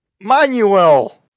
manuel